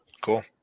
Cool